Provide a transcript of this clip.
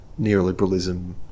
neoliberalism